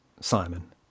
simon